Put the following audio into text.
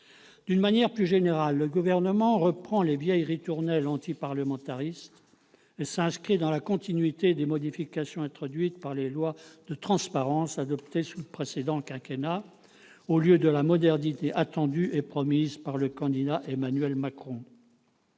D'une manière plus générale, le Gouvernement reprend les vieilles ritournelles antiparlementaristes et s'inscrit dans la continuité des modifications introduites par les lois de transparence adoptées sous le précédent quinquennat, au lieu de la modernité attendue et promise par le candidat Emmanuel Macron.